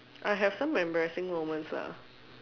I have some embarrassing moments lah